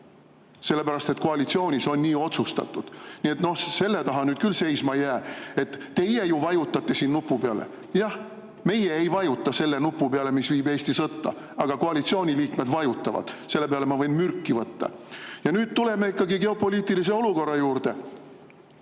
sellepärast et koalitsioonis on nii otsustatud. Nii et selle taha see nüüd küll seisma ei jää, et "teie ju vajutate siin nupu peale". Jah, meie ei vajuta selle nupu peale, mis viib Eesti sõtta, aga koalitsiooni liikmed vajutavad, selle peale ma võin mürki võtta. Nüüd tuleme ikkagi geopoliitilise olukorra juurde.